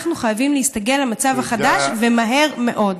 אנחנו חייבים להסתגל למצב החדש, ומהר מאוד.